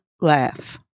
laugh